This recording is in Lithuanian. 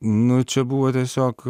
nu čia buvo tiesiog